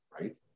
right